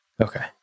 Okay